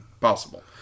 possible